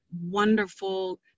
wonderful